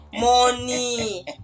money